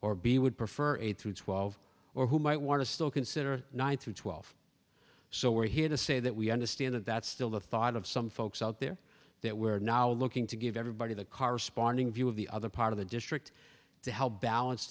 or b would prefer eight through twelve or who might want to still consider nine through twelve so we're here to say that we understand that that's still the thought of some folks out there that we're now looking to give everybody the corresponding view of the other part of the district to help balance